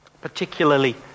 particularly